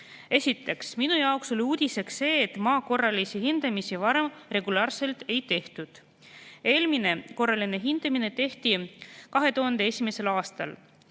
minu jaoks oli uudiseks see, et maa korralisi hindamisi varem regulaarselt ei tehtud. Eelmine korraline hindamine tehti 2001. aastal.